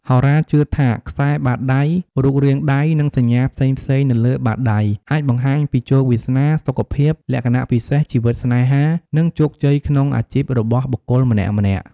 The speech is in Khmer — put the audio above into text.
ហោរាជឿថា ខ្សែបាតដៃ រូបរាងដៃ និងសញ្ញាផ្សេងៗនៅលើបាតដៃ អាចបង្ហាញពីជោគវាសនា សុខភាព លក្ខណៈពិសេស ជីវិតស្នេហា និងជោគជ័យក្នុងអាជីពរបស់បុគ្គលម្នាក់ៗ។